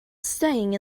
staying